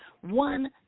one